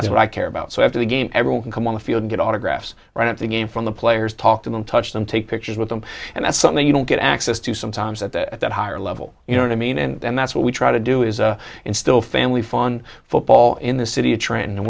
that's what i care about so after the game everyone can come on the field get autographs write up the game from the players talk to them touch them take pictures with them and that's something you don't get access to sometimes that at that higher level you know what i mean and that's what we try to do is instill family fun football in the city a trend and